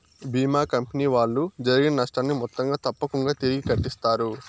భీమా company వాళ్ళు జరిగిన నష్టాన్ని మొత్తంగా తప్పకుంగా తిరిగి కట్టిత్తారు